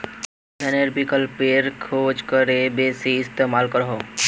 इंधनेर विकल्पेर खोज करे बेसी इस्तेमाल कर